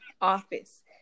office